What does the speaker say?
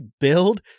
build